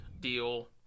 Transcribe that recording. deal